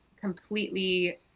completely